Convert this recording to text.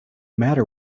matter